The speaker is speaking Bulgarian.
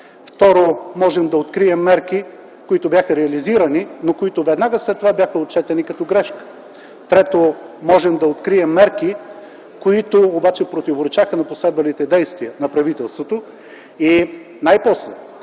Второ, можем да открием мерки, които бяха реализирани, но които веднага след това бяха отчетени като грешка. Трето, можем да открием мерки, които обаче противоречаха на последвалите действия на правителството. И най-после,